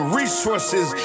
resources